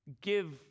give